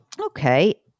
Okay